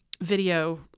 video